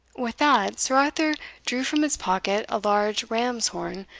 with that, sir arthur drew from his pocket a large ram's horn,